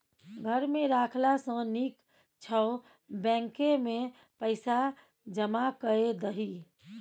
घर मे राखला सँ नीक छौ बैंकेमे पैसा जमा कए दही